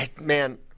Man